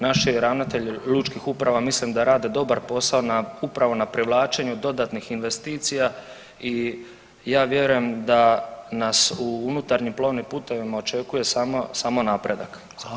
Naši ravnatelji lučkih uprava mislim da rade dobar posao na, upravo na privlačenju dodatnih investicija i ja vjerujem da nas u unutarnjim plovnim putevima očekuje samo, samo napredak.